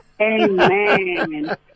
Amen